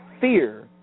fear